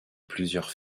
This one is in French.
plusieurs